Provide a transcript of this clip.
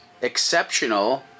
exceptional